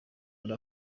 muri